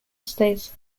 states